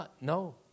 No